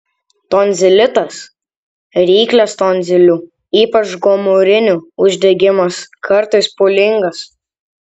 tonzilitas ryklės tonzilių ypač gomurinių uždegimas kartais pūlingas